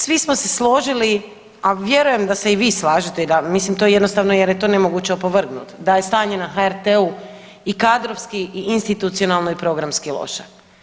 Svi smo se složili, a vjerujem da se i vi slažete i da, mislim to je jednostavno jer je to nemoguće opovrgnut, da je stanje na HRT-u i kadrovski i institucionalno i programski loše.